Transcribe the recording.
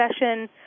session